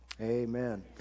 Amen